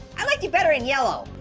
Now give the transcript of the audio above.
i liked you better in yellow.